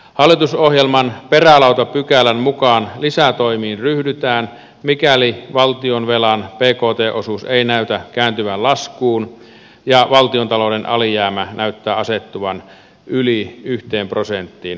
hallitusohjelman perälautapykälän mukaan lisätoimiin ryhdytään mikäli valtionvelan bkt osuus ei näytä kääntyvän laskuun ja valtiontalouden alijäämä näyttää asettuvan yli yhteen prosenttiin bruttokansantuotteesta